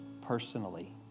personally